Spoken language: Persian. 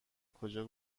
کجا